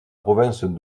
province